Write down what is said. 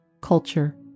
Culture